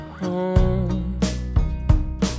home